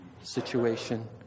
situation